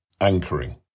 Anchoring